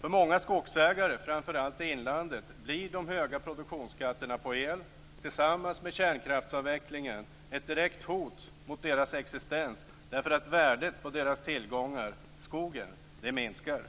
För många skogsägare, framför allt i inlandet, blir de höga produktionsskatterna på el tillsammans med kärnkraftsavvecklingen ett direkt hot mot deras existens därför att värdet på deras tillgångar, skogen, minskar.